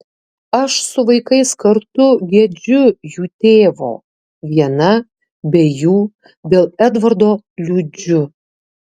aš su vaikais kartu gedžiu jų tėvo viena be jų dėl edvardo liūdžiu